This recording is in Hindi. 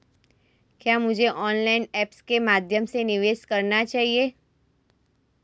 क्या मुझे ऑनलाइन ऐप्स के माध्यम से निवेश करना चाहिए?